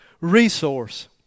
resource